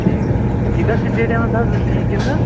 ٹھیٖک حظ یہِ کَتھ سِٹیڈیَمَس حظ یی گِنٛدنہٕ